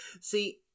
See